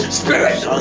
spirit